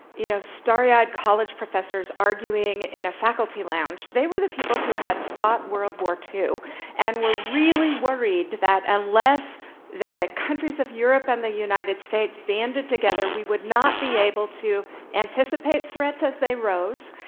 you know, starry-eyed college professors arguing in a faculty lounge. they were the people who had fought world war ii and were really worried that unless the countries of europe and the united states banded together, we would not be able to anticipate threats as they arose,